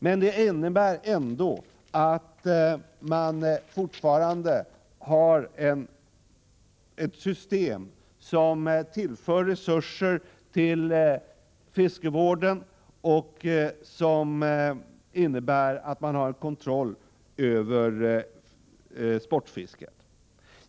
Detta innebär ändå att man fortfarande har ett system som tillför resurser till fiskevården och som medför att man har kontroll över sportfisket.